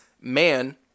man